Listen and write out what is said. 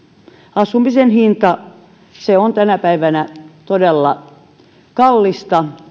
asumisen hinta on tänä päivänä todella kallis